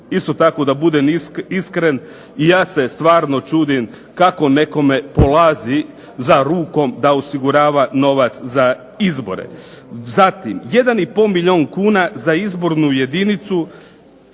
isto tako da budem iskren ja se stvarno čudim kako nekome polazi za rukom da osigurava novac za izbore. Zatim, jedan i pol milijun kuna za izbornu jedinicu.